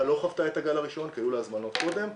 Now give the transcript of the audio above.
לא חוותה את הגל הראשון כי היו לה הזמנות קודם,